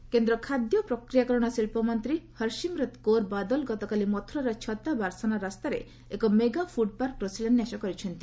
ପୁଡ park କେନ୍ଦ୍ର ଖାଦ୍ୟ ପ୍ରକ୍ରିୟାକରଣ ଶିଳ୍ପ ମନ୍ତ୍ରୀ ହର୍ସିମ୍ରତ କୌର ବାଦଲ ଗତକାଲି ମଦୁରାଇର ଛତା ବରସାନା ରାସ୍ତାରେ ଏକ ମେଗା ଫୁଡ ପାର୍କର ଶିଳାନ୍ୟାସ କରିଛନ୍ତି